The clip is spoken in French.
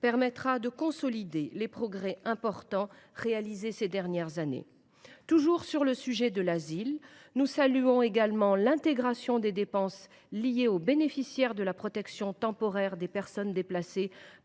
permettra de consolider les progrès importants réalisés ces dernières années. Toujours sur le sujet de l’asile, nous saluons également l’intégration dans les crédits initiaux de la mission des dépenses liées aux bénéficiaires de la protection temporaire des personnes déplacées